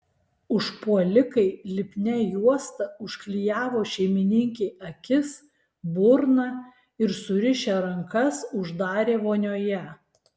užpuolikai lipnia juosta užklijavo šeimininkei akis burną ir surišę rankas uždarė vonioje